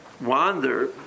wander